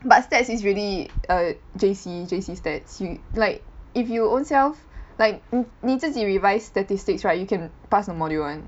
but stats is really err J_C J_C stats you like if you ownself like 你自己 revise statistics right you can pass the module [one]